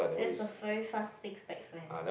that's a very fast six packs man